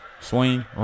Swing